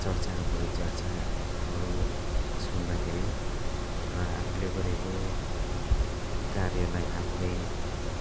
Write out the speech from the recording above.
चर्चा र परिचर्चाहरू सुन्दाखेरि र आफूले गरेको कार्यलाई आफूलै